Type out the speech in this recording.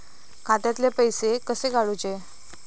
खात्यातले पैसे कसे काडूचे?